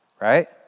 Right